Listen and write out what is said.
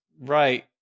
Right